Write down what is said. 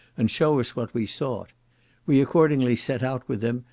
and shew us what we sought we accordingly set out with him,